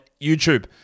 YouTube